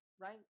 right